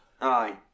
Aye